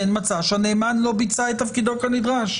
מצא שהנאמן לא ביצע את תפקידו כנדרש.